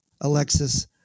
Alexis